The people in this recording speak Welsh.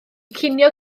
cinio